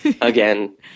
Again